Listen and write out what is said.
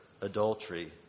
adultery